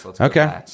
Okay